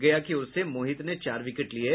गया की ओर से मोहित ने चार विकेट लिये